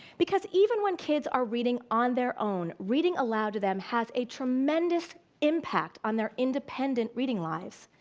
because even when kids are reading on their own, reading aloud to them has a tremendous impact on their independent reading lives.